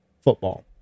football